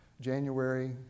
January